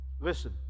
Listen